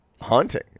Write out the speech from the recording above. haunting